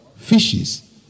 fishes